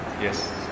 Yes